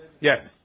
Yes